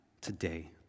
today